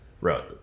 Right